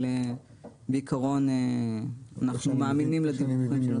אבל בעיקרון אנחנו מאמינים לדיווחים.